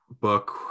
book